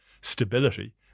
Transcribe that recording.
stability